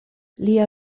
lia